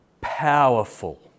powerful